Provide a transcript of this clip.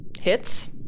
Hits